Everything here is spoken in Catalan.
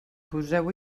poseu